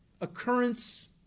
occurrence